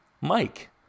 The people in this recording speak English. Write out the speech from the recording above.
Mike